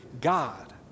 God